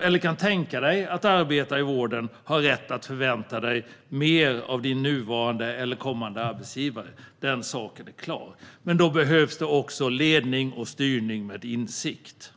eller kan tänka dig att arbeta, i vården har rätt att förvänta dig mer av din nuvarande eller kommande arbetsgivare - den saken är klar. Men då behövs det ledning och styrning med insikt.